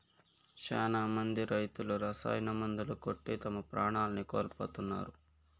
శ్యానా మంది రైతులు రసాయన మందులు కొట్టి తమ ప్రాణాల్ని కోల్పోతున్నారు